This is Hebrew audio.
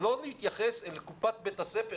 שלא נתייחס אל קופת בית הספר,